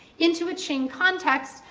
into a qing context,